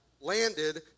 landed